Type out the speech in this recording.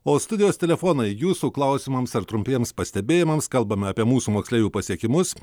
o studijos telefonai jūsų klausimams ar trumpiems pastebėjimams kalbame apie mūsų moksleivių pasiekimus